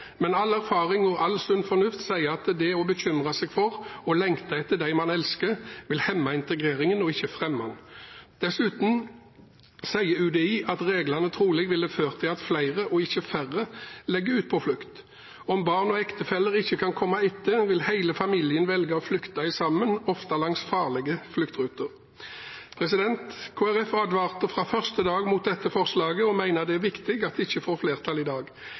Men all erfaring og all sunn fornuft sier at det å bekymre seg for og lengte etter dem man elsker, vil hemme integreringen, ikke fremme den. Dessuten sier UDI at reglene trolig ville ført til at flere, og ikke færre, legger ut på flukt. Om barn og ektefeller ikke kan komme etter, vil hele familien velge å flykte sammen, ofte langs farlige fluktruter. Kristelig Folkeparti advarte fra første dag mot dette forslaget og mener det er viktig at det ikke får flertall i dag.